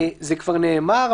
זה כבר נאמר,